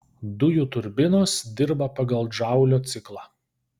dujų turbinos dirba pagal džaulio ciklą